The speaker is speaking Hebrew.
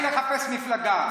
לכי לחפש מפלגה.